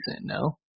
No